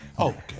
Okay